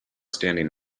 standing